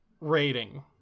rating